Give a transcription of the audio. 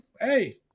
hey